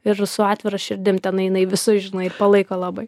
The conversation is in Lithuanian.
ir su atvira širdim ten eina į visus žinai palaiko labai